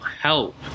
help